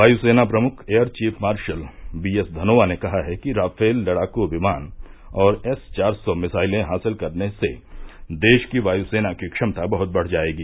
वायुसेना प्रमुख air chief marshal B S Dhanoa ने कहा है कि राफेल लड़ाकू विमान और एस चार सौ मिसाइलें हासिल करने से देश की वायुसेना की क्षमता बहुत बढ़ जाएगी